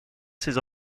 ses